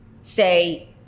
say